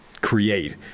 create